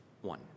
one